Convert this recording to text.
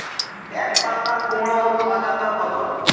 একপাল্লা কুমড়োর বাজার দর কত?